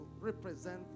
represent